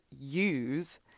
use